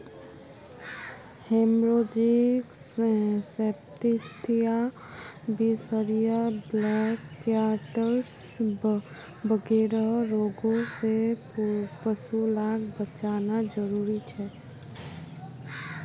haemorrhagic septicaemia, बीसहरिया, black quarters वगैरह रोगों से पशु लाक बचाना ज़रूरी छे